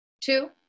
Two